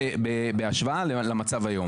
איך זה בהשוואה למצב היום?